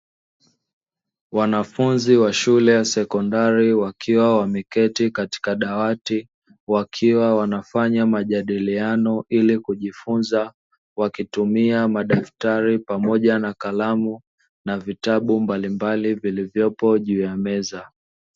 Wanafunzi wa shule ya sekondari wakiwa wameketi katika dawati, wakiwa wanafanya majadiliano ili kujifunza, wakitumia madaftari pamoja na kalamu, na vitabu mbalimbali vilivyopo juu ya meza.